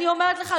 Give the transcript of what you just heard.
אני אומרת לך,